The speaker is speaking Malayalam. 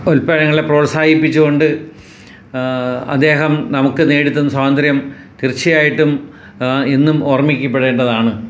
ഉൽപ്പന്നങ്ങളെ പ്രോത്സാഹിപ്പിച്ച് കൊണ്ട് അദ്ദേഹം നമുക്ക് നേടിത്തന്ന സ്വാതന്ത്ര്യം തീർച്ചയായിട്ടും ഇന്നും ഓർമ്മിക്കപ്പെടേണ്ടതാണ്